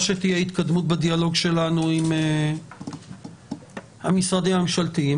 או שתהיה התקדמות בדיאלוג שלנו עם המשרדים הממשלתיים,